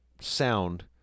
sound